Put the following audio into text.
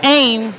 aim